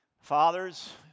Fathers